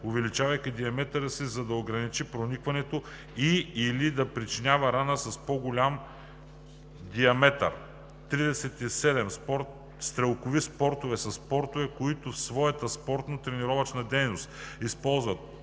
увеличавайки диаметъра си, за да ограничи проникването и/или да причинява рана с по-голям диаметър. 37. „Стрелкови спортове“ са спортове, които в своята спортно-тренировъчна дейност използват